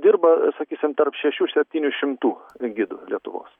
dirba sakysim tarp šešių septynių šimtų gidų lietuvos